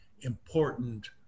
important